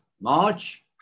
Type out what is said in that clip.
March